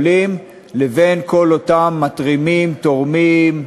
בין בית-החולים לבין כל אותם מתרימים, תורמים,